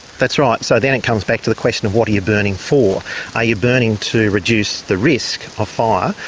that's right. so then it comes back to the question of what are you burning for are you burning to reduce the risk of fire,